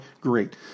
Great